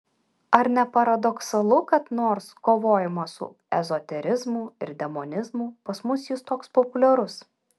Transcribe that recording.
ar ne paradoksalu kad nors kovojama su ezoterizmu ir demonizmu pas mus jis toks populiarus